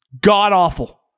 god-awful